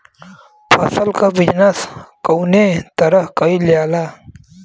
फसल क बिजनेस कउने तरह कईल जाला?